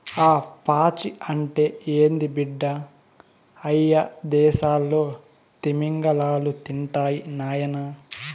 ఆ పాచి అంటే ఏంది బిడ్డ, అయ్యదేసాల్లో తిమింగలాలు తింటాయి నాయనా